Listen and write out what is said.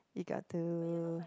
you got to